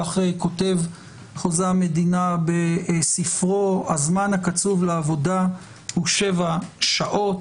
וכך כותב חוזה המדינה בספרו: "הזמן הקצוב לעבודה הוא שבע שעות.